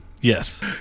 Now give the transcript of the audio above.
yes